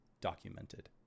documented